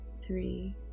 three